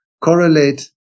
correlate